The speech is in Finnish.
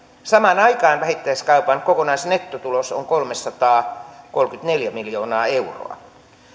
samaan aikaan vähittäiskaupan kokonaisnettotulos on kolmesataakolmekymmentäneljä miljoonaa euroa